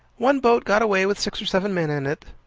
one boat got away with six or seven men in it.